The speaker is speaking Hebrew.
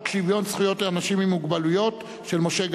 שוויון זכויות לאנשים עם מוגבלות (תיקון,